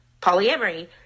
polyamory